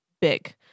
big